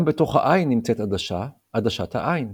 גם בתוך העין נמצאת עדשה, עדשת העין,